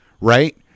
right